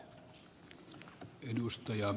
herra puhemies